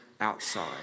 outside